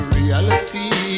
reality